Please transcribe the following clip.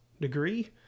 degree